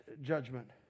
judgment